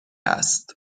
است